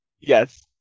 Yes